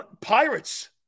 Pirates